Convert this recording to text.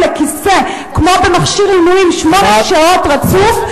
לכיסא כמו במכשיר עינויים שמונה שעות רצוף,